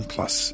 Plus